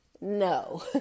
No